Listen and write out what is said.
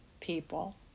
people